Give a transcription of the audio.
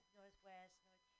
Northwest